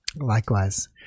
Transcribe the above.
Likewise